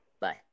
Bye